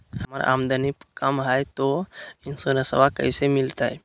हमर आमदनी कम हय, तो इंसोरेंसबा कैसे मिलते?